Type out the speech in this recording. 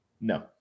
No